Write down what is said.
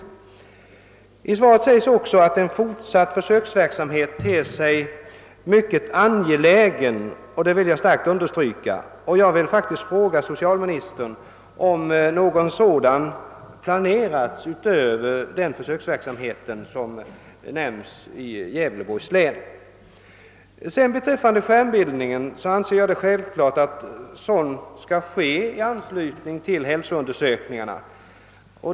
I svaret sägs också, att en fortsatt undersökning ter sig mycket angelägen. Det vill jag starkt understryka. Jag vill fråga socialministern om någon undersökning planeras utöver den försöksverksamhet i Gävleborgs län som omnämnes i svaret. Vad beträffar skärmbildsundersökningarna anser jag det vara självklart att sådana skall göras i anslutning till hälsoundersökningarna.